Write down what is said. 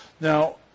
Now